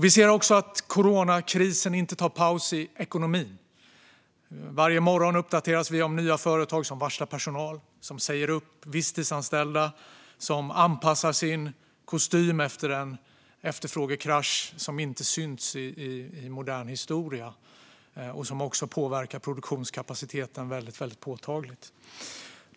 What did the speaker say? Vi ser också att coronakrisen inte tar paus i ekonomin. Varje morgon uppdateras vi om nya företag som varslar personal, säger upp visstidsanställda och anpassar sin kostym efter en efterfrågekrasch som inte synts i modern historia och som påverkar produktionskapaciteten väldigt påtagligt.